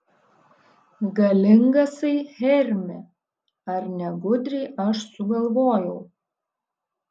galingasai hermi ar ne gudriai aš sugalvojau